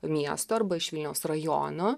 miesto arba iš vilniaus rajono